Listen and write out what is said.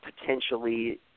potentially